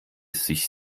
sich